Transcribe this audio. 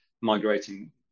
migrating